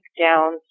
down